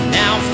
now